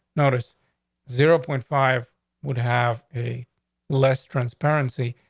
notice zero point five would have a less transparency.